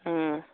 ହୁଁ